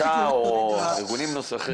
אתה או ארגונים נוספים?